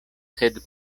sed